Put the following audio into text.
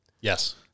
Yes